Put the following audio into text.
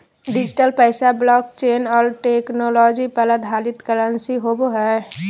digital पैसा blockchain और technology पर आधारित करंसी होवो हइ